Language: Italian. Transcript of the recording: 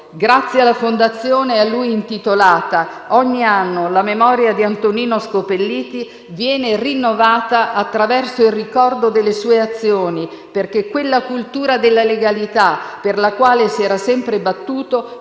Grazie alla fondazione a lui intitolata, ogni anno la memoria di Antonino Scopelliti viene rinnovata attraverso il ricordo delle sue azioni perché quella cultura della legalità per la quale si era sempre battuto